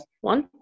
One